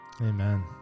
amen